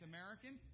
American